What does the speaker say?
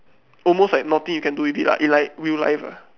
almost like nothing you can do with it lah it like real life ah